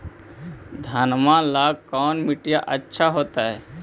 घनमा ला कौन मिट्टियां अच्छा होतई?